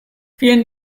vielen